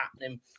happening